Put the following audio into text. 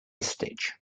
stitch